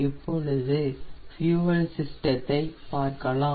இப்போது பியூயல் சிஸ்டத்தை பார்க்கலாம்